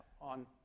on